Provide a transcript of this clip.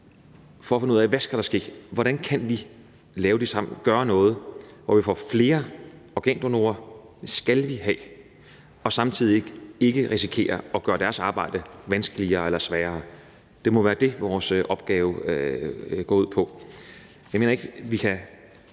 for at finde ud af, hvad der skal ske. Hvordan kan vi sammen gøre noget, hvor vi får flere organdonorer – det skal vi have – og samtidig ikke risikerer at gøre deres arbejde vanskeligere eller sværere? Det må være det, vores opgave går ud på.